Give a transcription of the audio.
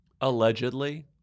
Allegedly